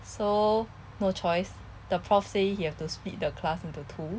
so no choice the prof say he have to split the class into two